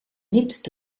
nipt